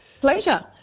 pleasure